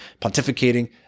pontificating